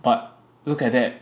but look at it